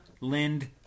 Lind